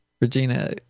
regina